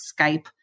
Skype